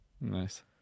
Nice